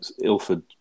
Ilford